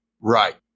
Right